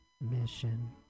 mission